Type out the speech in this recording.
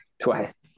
Twice